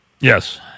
Yes